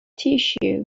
tissue